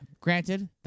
granted